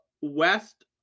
west